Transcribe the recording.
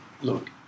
look